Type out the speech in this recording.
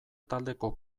taldeko